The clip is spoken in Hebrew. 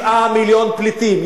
7 מיליון פליטים.